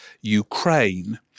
Ukraine